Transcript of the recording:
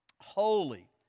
holy